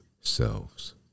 selves